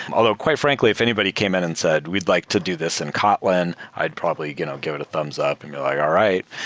although quite frankly, if anybody came in and said, we'd like to do this and kotlin. i'd probably you know give it a thumbs up and go like, all right.